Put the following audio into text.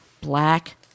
black